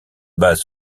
basent